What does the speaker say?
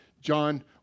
John